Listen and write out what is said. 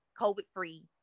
COVID-free